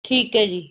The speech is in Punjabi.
ਠੀਕ ਹੈ ਜੀ